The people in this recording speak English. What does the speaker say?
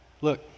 Look